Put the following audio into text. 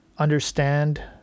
understand